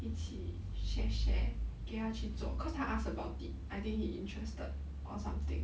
一起 share share 给他去做 cause 他 asked about it I think he interested or something